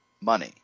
money